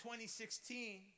2016